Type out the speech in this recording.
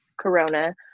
Corona